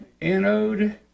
anode